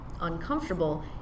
uncomfortable